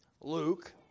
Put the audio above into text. Luke